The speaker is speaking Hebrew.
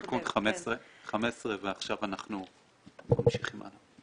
תיקון 15 ועכשיו אנחנו ממשיכים הלאה.